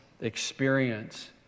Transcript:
experience